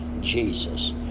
Jesus